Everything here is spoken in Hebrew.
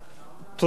תודה רבה.